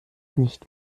nicht